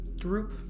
group